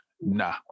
Nah